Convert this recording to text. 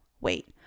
wait